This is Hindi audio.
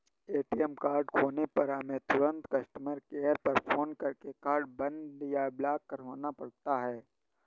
ए.टी.एम कार्ड खोने पर हमें तुरंत कस्टमर केयर पर फ़ोन करके कार्ड बंद या ब्लॉक करवाना पड़ता है